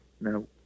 No